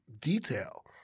detail